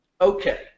okay